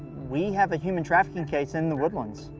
we have a human trafficking case in the woodlands.